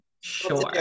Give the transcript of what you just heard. sure